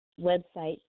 website